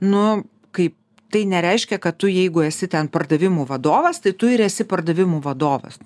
nu kai tai nereiškia kad tu jeigu esi ten pardavimų vadovas tai tu ir esi pardavimų vadovas